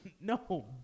No